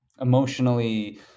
emotionally